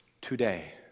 today